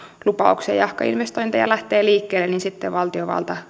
lupauksia jahka investointeja lähtee liikkeelle niin sitten valtiovalta